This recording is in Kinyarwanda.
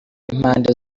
y’impande